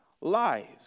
lives